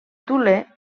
thule